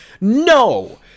No